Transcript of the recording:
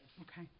Okay